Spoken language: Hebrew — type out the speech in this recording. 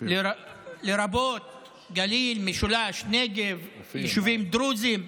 לרבות הגליל, המשולש, הנגב, יישובים דרוזיים,